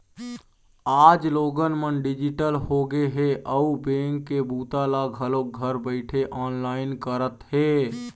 आज लोगन मन डिजिटल होगे हे अउ बेंक के बूता ल घलोक घर बइठे ऑनलाईन करत हे